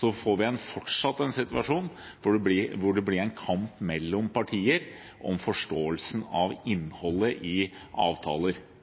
får vi en situasjon hvor det fortsatt blir en kamp mellom partier om forståelsen av innholdet i avtaler.